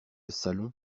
salon